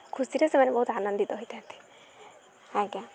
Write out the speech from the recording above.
ଖୁସିରେ ସେମାନେ ବହୁତ ଆନନ୍ଦିତ ହୋଇଥାନ୍ତି ଆଜ୍ଞା